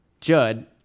judd